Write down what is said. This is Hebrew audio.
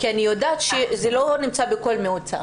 כי אני יודעת שזה לא נמצא בכל מועצה.